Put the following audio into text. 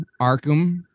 Arkham